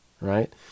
right